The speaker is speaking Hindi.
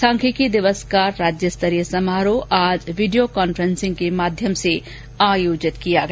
सांख्यिकी दिवस का राज्य स्तरीय समारोह आज वीडियो कॉन्फ्रेंसिंग के माध्यम से आयोजित किया गया